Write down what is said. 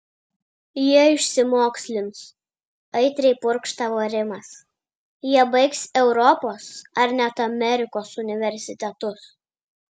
jie išsimokslins aitriai purkštavo rimas jie baigs europos ar net amerikos universitetus